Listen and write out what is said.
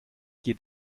geht